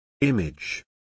Image